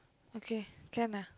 okay can ah